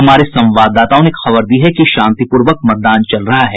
हमारे संवाददाताओं ने खबर दी है कि शांतिपूर्वक मतदान चल रहा है